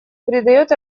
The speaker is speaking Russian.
придает